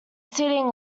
seating